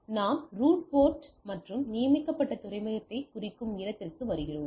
இப்போது நாம் root port மற்றும் நியமிக்கப்பட்ட துறைமுகத்தை குறிக்கும் இடத்திற்கு வருகிறோம்